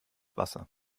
wasser